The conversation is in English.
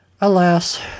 Alas